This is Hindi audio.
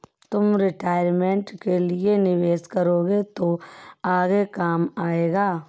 तुम रिटायरमेंट के लिए निवेश करोगे तो आगे काम आएगा